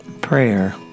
prayer